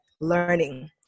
learning